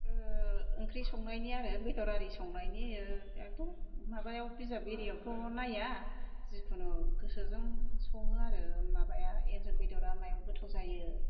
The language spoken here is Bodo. ओ ओंख्रि संनायनि आरो बेदर आरि संनायनि ओ दाथ' माबायाव बिजाब इरिआवथ' नाया जिखुनु गोसोजों सङो आरो माबाया एन्जर बेदरा मायाव गोथाव जायो